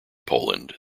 poland